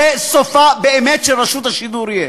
זה יהיה באמת סופה של רשות השידור.